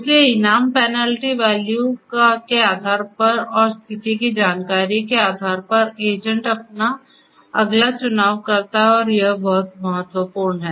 इसलिए इनाम penalty value के आधार पर और स्थिति की जानकारी के आधार पर एजेंट अपना अगला चुनाव करता है और यह बहुत महत्वपूर्ण है